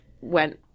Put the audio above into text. went